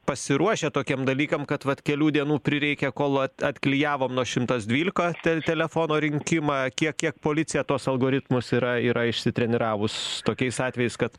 pasiruošę tokiem dalykam kad vat kelių dienų prireikė kol atklijavom nuo šimtas dvylika te telefono rinkimą kiek kiek policija tuos algoritmus yra yra išsitreniravus tokiais atvejais kad